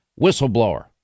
whistleblower